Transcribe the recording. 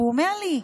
הוא אומר לי: